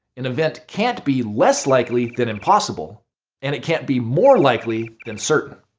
an event can't be less likely than impossible and it can't be more likely than certain.